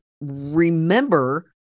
remember